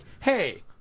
Hey